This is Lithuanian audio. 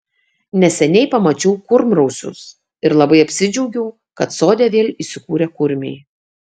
neseniai pamačiau kurmrausius ir labai apsidžiaugiau kad sode vėl įsikūrė kurmiai